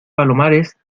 palomares